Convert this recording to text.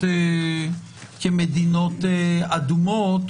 כמדינות אדומות